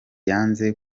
yanze